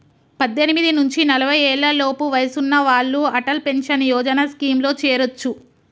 పద్దెనిమిది నుంచి నలభై ఏళ్లలోపు వయసున్న వాళ్ళు అటల్ పెన్షన్ యోజన స్కీమ్లో చేరొచ్చు